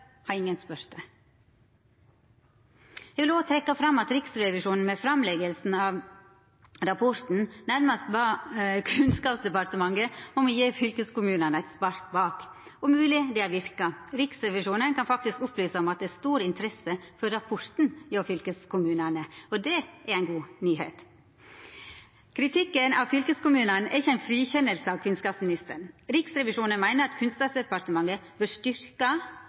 har ingen spurt dei? Eg vil òg trekkja fram at Riksrevisjonen ved framleggjinga av rapporten nærmast bad Kunnskapsdepartementet om å gje fylkeskommunane eit spark bak. Det er mogleg det har verka. Riksrevisjonen kan faktisk opplysa om at det er stor interesse for rapporten hjå fylkeskommunane, og det er ei god nyheit. Kritikken av fylkeskommunane er ikkje ei frikjenning av kunnskapsministeren. Riksrevisjonen meiner at Kunnskapsdepartementet bør